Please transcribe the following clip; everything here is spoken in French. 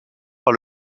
par